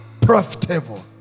profitable